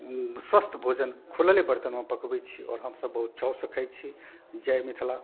स्वस्थ भोजन खुलले बर्तनमे पकबैत छी आओर हमसब बहुत चावसँ खाइत छी जय मिथिला